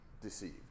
deceived